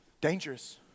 Dangerous